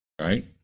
right